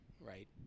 right